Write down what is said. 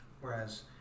whereas